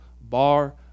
bar